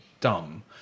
dumb